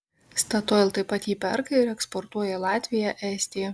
statoil taip pat jį perka ir eksportuoja į latviją estiją